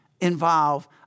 involve